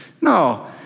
No